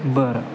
बरं